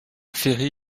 ferry